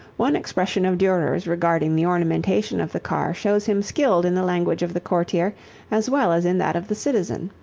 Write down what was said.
one expression of durer's regarding the ornamentation of the car shows him skilled in the language of the courtier as well as in that of the citizen.